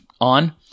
on